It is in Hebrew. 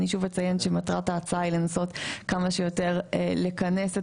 אני שוב אציין שמטרת ההצעה היא לנסות כמה שיותר לכנס את